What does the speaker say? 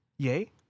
Yay